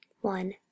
one